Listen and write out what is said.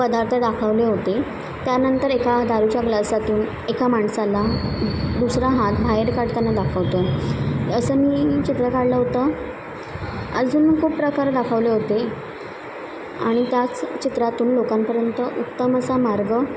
पदार्थ दाखवले होते त्यानंतर एका दारूच्या ग्लासातून एका माणसाला दुसरा हात भाहेर काढताना दाखवतं असं मी चित्र काढलं होतं अजून खूप प्रकार दाखवले होते आणि त्याच चित्रातून लोकांपर्यंत उत्तमसा मार्ग